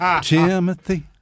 Timothy